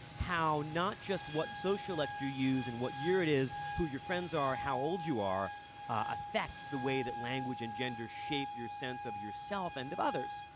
how not just what social like you use and what year it is, who your friends are, and how old you are affects the way that language and gender shape your sense of yourself and of others,